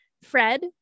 Fred